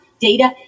data